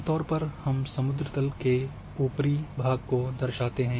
आम तौर पर हम समुद्रतल के ऊपरी भाग को दर्शाते हैं